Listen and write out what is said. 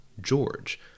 George